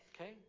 okay